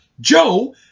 Joe